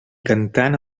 cantant